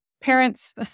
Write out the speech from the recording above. parents